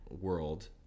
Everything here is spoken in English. world